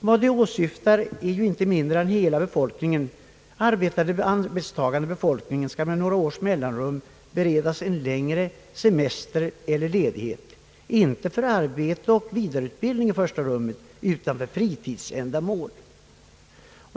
Vad det syftar till är ingenting mindre än att hela den arbetande befolkningen med några års mellanrum skall beredas en längre semester eller ledighet, inte främst för arbete eller vidareutbildning utan för fritidsändamål.